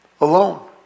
alone